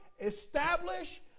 Establish